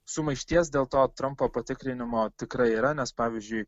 sumaišties dėl to trampo patikrinimo tikrai yra nes pavyzdžiui